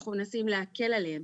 אנחנו מנסים להקל עליהם.